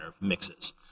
mixes